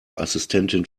assistentin